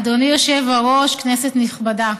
אדוני היושב-ראש, כנסת נכבדה,